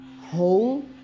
whole